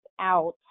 out